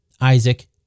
Isaac